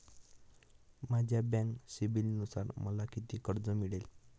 माझ्या बँक सिबिलनुसार मला किती कर्ज मिळेल?